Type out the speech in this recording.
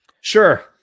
Sure